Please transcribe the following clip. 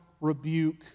rebuke